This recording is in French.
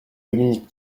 dominique